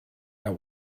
that